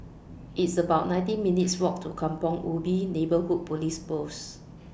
It's about nineteen minutes' Walk to Kampong Ubi Neighbourhood Police Post